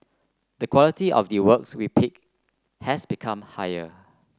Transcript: the quality of the works we pick has become higher